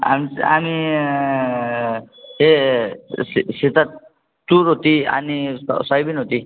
आम आंम आनि हे शे शेतात तूर होती आनि बं सोयाबीन होती